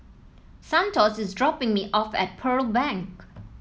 Santos is dropping me off at Pearl Bank